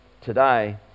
today